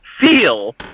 feel